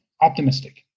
optimistic